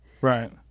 Right